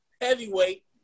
heavyweight